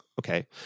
okay